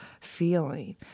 feeling